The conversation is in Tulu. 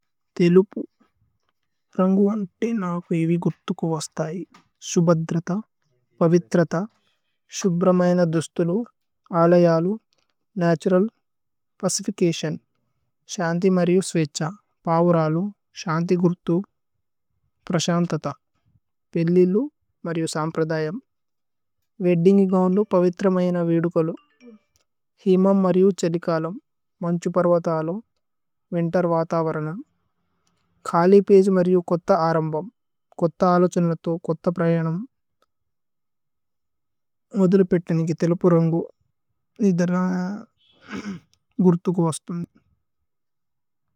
തേ ലുപു രന്ഗു അന്തേ ന കു ഏവി ഗുര്ഥു കു। വസ്ഥയി സുബദ്രത പവിത്രത സുബ്രമയന। ദുസ്ഥുലു അലയലു നതുരല് പചിഫിചതിഓന് ശന്തി। മരിയു സ്വേഛ പവുരലു ശന്തി ഗുര്ഥു പ്രശന്തത। പേല്ലി ലു മരിയു സമ്പ്രദയമ് വേദ്ദിന്ഗി ഗൌര്നു। പവിത്രമയന വേദുകലു ഹേമ മരിയു ഛലികലു। മന്ഛുപര്വതലു വിന്തേര്വഥവരന ഖലി പേജ്। മരിയു കോഥ ആരമ്ബമ് കോഥ അലോ ഛനുലഥു। കോഥ പ്രഏഹനമ് മോദുലപിത്നി കി പ്ലയ് മുതേ। സേത്തിന്ഗ്സ് ഏ ലുപു രന്ഗു നിധരന്। ഗുര്ഥു കു വസ്ഥയി।